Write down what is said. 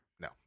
No